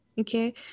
okay